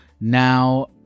now